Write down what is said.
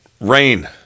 rain